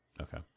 Okay